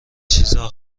چیزا